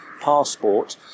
passport